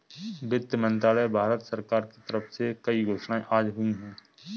वित्त मंत्रालय, भारत सरकार के तरफ से कई घोषणाएँ आज हुई है